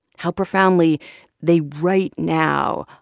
how profoundly they, right now,